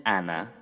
Anna